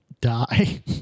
die